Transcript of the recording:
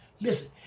Listen